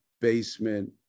basement